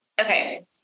okay